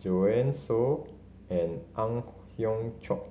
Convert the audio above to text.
Joanne Soo and Ang Hiong Chiok